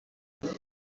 kuba